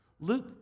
Luke